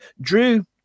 Drew